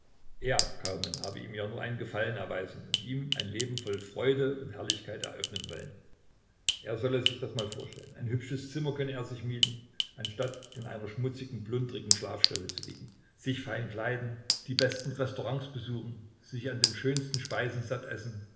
er kaumann habe ihm ja nur einen gefallen erweisen und ihm ein leben voll freude und herrlichkeit eröffnen wollen er solle sich das mal vorstellen ein hübsches zimmer könne er sich mieten anstatt in einer schmutzigen plundrigen schlafstelle zu liegen sich fein kleiden die besten restaurants besuchen sich an den schönsten speisen satt essen